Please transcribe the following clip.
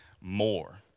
more